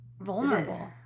Vulnerable